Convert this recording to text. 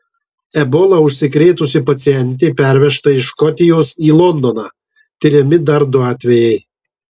ebola užsikrėtusi pacientė pervežta iš škotijos į londoną tiriami dar du atvejai